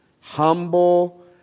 humble